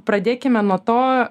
pradėkime nuo to